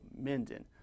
Minden